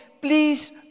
please